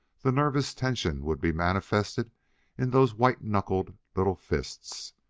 the nervous tension would be manifested in those white-knuckled little fists.